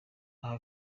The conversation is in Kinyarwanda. aha